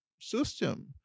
system